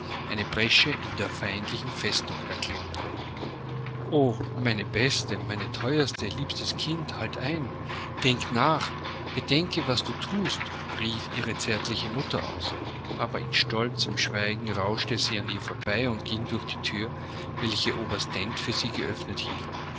eine bresche in der feindlichen festung erklimmt o meine beste mein teuerstes liebstes kind halt ein denk nach bedenke was thust rief ihre zärtliche mutter aus aber in stolzem schweigen rauschte sie an ihr vorbei und ging durch die thür welche oberst dent für sie geöffnet